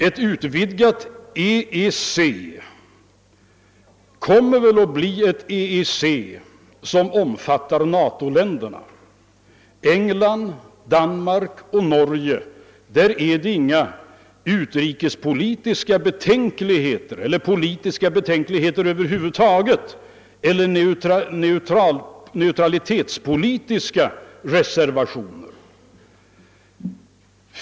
Ett utvidgat EEC kommer väl att omfatta även NATO länderna England, Danmark och Norge, där det inte förekommer några utrikeseller neutralitetspolitiska reservationer.